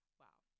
wow